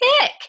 pick